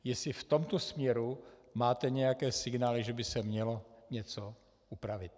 Jestli v tomto směru máte nějaké signály, že by se mělo něco upravit.